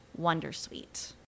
Wondersuite